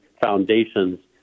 foundations